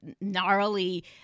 gnarly